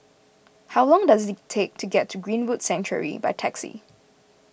how long does it take to get to Greenwood Sanctuary by taxi